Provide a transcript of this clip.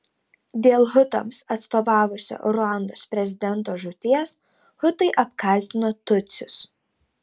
dėl hutams atstovavusio ruandos prezidento žūties hutai apkaltino tutsius